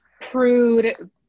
prude